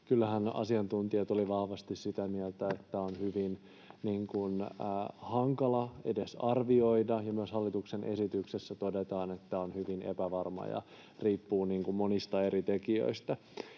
kyllähän asiantuntijat olivat vahvasti sitä mieltä, että tämä on hyvin hankala edes arvioida, ja myös hallituksen esityksessä todetaan, että tämä on hyvin epävarma ja riippuu monista eri tekijöistä.